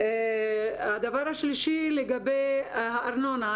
שלישית - לגבי הארנונה.